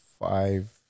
Five